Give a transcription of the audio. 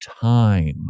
time